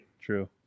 True